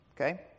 Okay